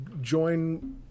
join